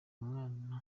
umwana